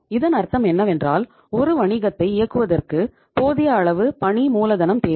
இதன் அர்த்தம் என்னவென்றால் ஒரு வணிகத்தை இயக்குவதற்கு போதிய அளவு பணி மூலதனம் தேவை